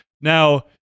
Now